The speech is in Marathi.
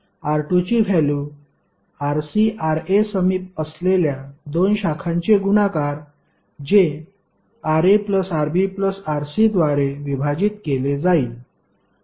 R2 ची व्हॅल्यु Rc Ra समीप असलेल्या 2 शाखांचे गुणाकार जे Ra Rb Rc द्वारे विभाजित केले जाईल